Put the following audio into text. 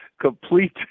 complete